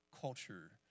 culture